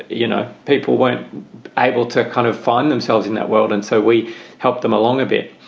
you know, people weren't able to kind of find themselves in that world. and so we helped them along a bit.